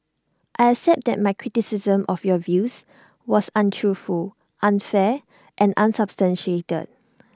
I accept that my criticism of your views was untruthful unfair and unsubstantiated